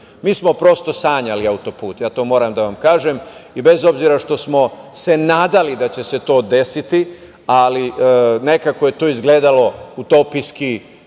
smo prosto sanjali autoput, ja to moram da vam kažem, i bez obzira što smo se nadali da će se to desiti, ali nekako je to izgledalo utopijski,